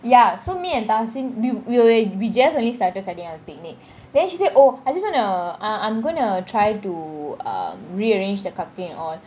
ya so me and tahasen we we were we just only just started setting up the picnic then she say oh I just want to ah I'm going to try to um re-arrange the cupcake and all